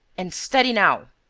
and steady now.